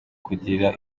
kugira